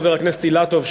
חבר הכנסת אילטוב,